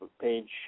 page